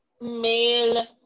male